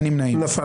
הצבעה לא אושרה נפל.